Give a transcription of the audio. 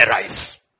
arise